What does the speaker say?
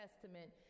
testament